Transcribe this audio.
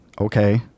okay